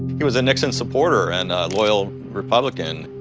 he was a nixon supporter and loyal republican.